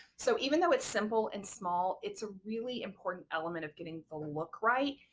so even though it's simple and small it's a really important element of getting the look right,